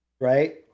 Right